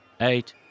eight